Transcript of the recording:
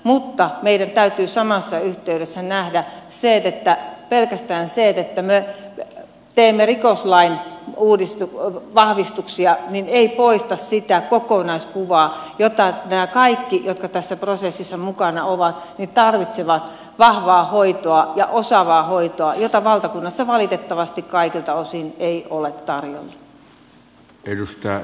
mutta meidän täytyy samassa yhteydessä nähdä se että pelkästään se että me teemme rikoslain vahvistuksia ei poista sitä kokonaiskuvaa että nämä kaikki jotka tässä prosessissa mukana ovat tarvitsevat vahvaa hoitoa ja osaavaa hoitoa jota valtakunnassa valitettavasti kaikilta osin ei ole tarjolla